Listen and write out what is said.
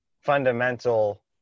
fundamental